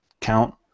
count